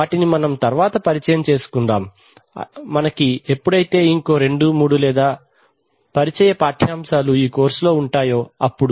వాటిని మనం తరువాత పరిచయం చేసుకుందాం మనకి ఎప్పుడైతే ఇంకో రెండు లేదా మూడు పరిచయ పాఠ్యాంశాలు ఈ కోర్సులు ఉంటాయో అప్పుడు